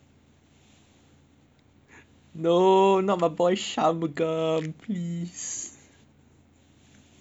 no not my boy shanmugam please